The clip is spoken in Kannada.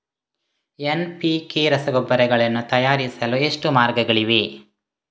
ಎನ್.ಪಿ.ಕೆ ರಸಗೊಬ್ಬರಗಳನ್ನು ತಯಾರಿಸಲು ಎಷ್ಟು ಮಾರ್ಗಗಳಿವೆ?